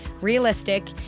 realistic